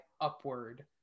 upward